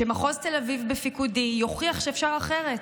שמחוז תל אביב בפיקודי יוכיח שאפשר אחרת,